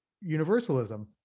universalism